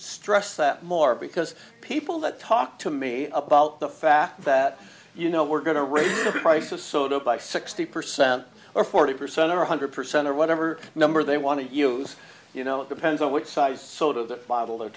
stress that more because people that talk to me about the fact that you know we're going to raise the price of sotto by sixty percent or forty percent or one hundred percent or whatever number they want to use you know it depends on what size sort of the model they're